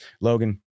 logan